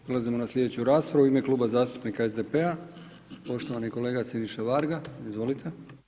Prelazimo na slijedeću raspravu u ime Kluba zastupnika SDP-a, poštovani kolega Siniša Varga, izvolite.